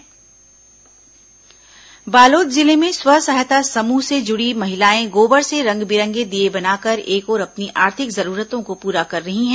गोबर दीये बालोद जिले में स्व सहायता समूह से जुड़ी महिलाएं गोबर से रंग बिरंगे दीये बनाकर एक ओर अपनी आर्थिक जरूरतों को पूरा कर रही हैं